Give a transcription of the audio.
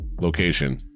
location